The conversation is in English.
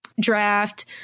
draft